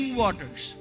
waters